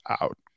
out